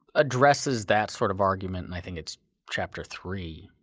addresses that sort of argument and i think it's chapter three,